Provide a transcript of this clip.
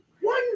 One